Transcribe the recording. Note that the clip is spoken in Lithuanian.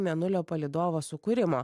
mėnulio palydovo sukūrimo